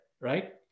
right